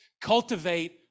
cultivate